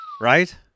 right